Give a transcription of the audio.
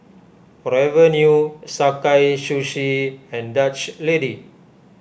Forever New Sakae Sushi and Dutch Lady